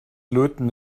löten